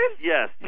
Yes